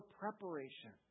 preparation